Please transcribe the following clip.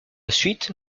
suite